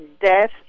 death